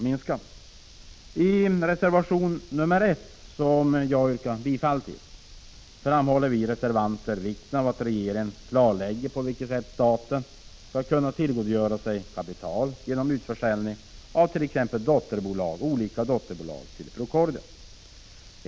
I reservation nr 1, som jag yrkar bifall till, framhåller vi reservanter vikten av att regeringen klarlägger på vilket sätt staten skall kunna tillgodogöra sig kapital genom försäljning av t.ex. olika dotterbolag till Procordia.